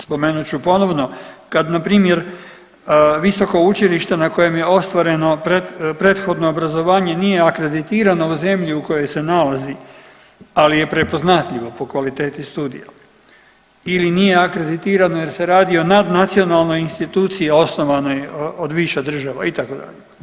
Spomenut ću ponovno kad na primjer visoko učilište na kojem je ostvareno prethodno obrazovanje nije akreditirano u zemlji u kojoj se nalazi, ali je prepoznatljivo po kvaliteti studija ili nije akreditirano jer se radi o nadnacionalnoj instituciji osnovanoj od više država itd.